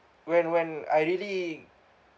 when when I really